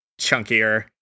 chunkier